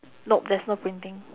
nope there's no printing